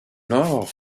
nord